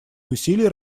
усилий